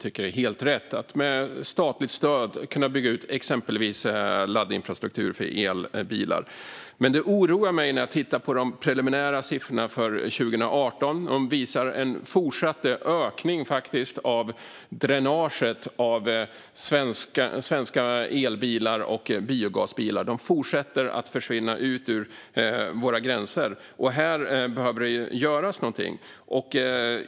Det är helt rätt att med statligt stöd bygga ut exempelvis laddinfrastruktur för elbilar. Men de preliminära siffrorna för 2018 oroar mig. De visar en fortsatt ökning av dränaget av svenska elbilar och biogasbilar. De fortsätter att försvinna ut över våra gränser. Här behöver det göras någonting.